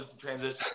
Transition